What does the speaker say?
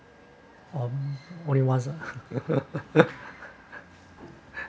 or only once ah